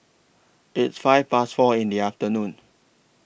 its five Past four in The afternoon